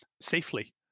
safely